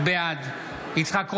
בעד יצחק קרויזר,